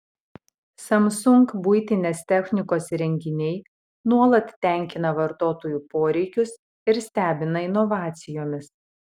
samsung buitinės technikos įrenginiai nuolat tenkina vartotojų poreikius ir stebina inovacijomis